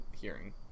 hearing